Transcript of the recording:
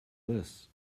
this